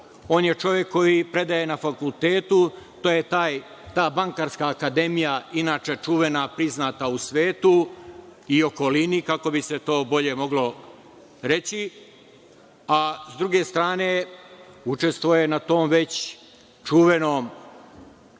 On je čovek koji predaje na fakultetu, to je ta bankarska akademija, inače čuvena priznata u svetu i okolini, kako bi se to bolje moglo reći, a s druge strane, učestvuje na tom već čuvenom